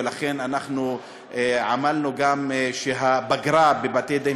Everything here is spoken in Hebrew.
ולכן אנחנו עמלנו גם שהפגרה בבתי-הדין